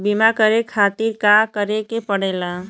बीमा करे खातिर का करे के पड़ेला?